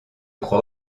crois